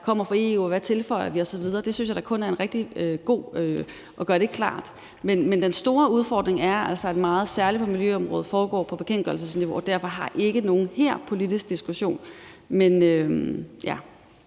kommer fra EU, og hvad vi tilføjer, osv. Det synes jeg da kun er en rigtig god ting at gøre klart. Men den store udfordring er altså, at meget, særlig på miljøområdet, foregår på bekendtgørelsesniveau, og at vi derfor ikke her har nogen politisk diskussion. Kl.